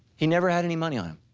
he never had any money on him.